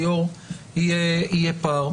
בנוסח היו"ר יהיה פער.